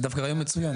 זה דווקא רעיון מצוין.